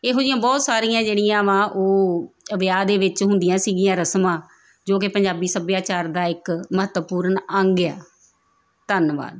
ਇਹੋ ਜਿਹੀਆਂ ਬਹੁਤ ਸਾਰੀਆਂ ਜਿਹੜੀਆਂ ਵਾ ਉਹ ਵਿਆਹ ਦੇ ਵਿੱਚ ਹੁੰਦੀਆਂ ਸੀਗੀਆਂ ਰਸਮਾਂ ਜੋ ਕਿ ਪੰਜਾਬੀ ਸੱਭਿਆਚਾਰ ਦਾ ਇੱਕ ਮਹੱਤਵਪੂਰਨ ਅੰਗ ਆ ਧੰਨਵਾਦ